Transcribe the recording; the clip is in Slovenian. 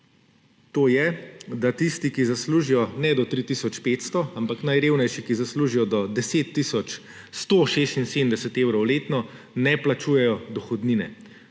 to je, da tisti, ki zaslužijo ne do 3 tisoč 500, ampak najrevnejši, ki zaslužijo do 10 tisoč 176 evrov letno, ne plačujejo dohodnine.